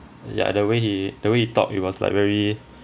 ya the way he the way he talk it was like very